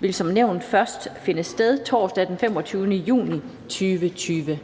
vil som nævnt først finde sted torsdag den 25. juni 2020.